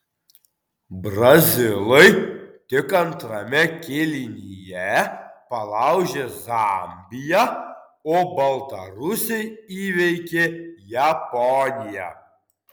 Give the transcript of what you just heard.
brazilai tik antrame kėlinyje palaužė zambiją o baltarusiai įveikė japoniją